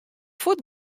fuort